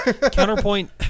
Counterpoint